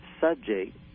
subject